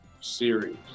series